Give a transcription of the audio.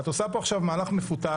את עושה פה עכשיו מהלך מפותל.